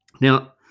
now